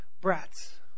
brats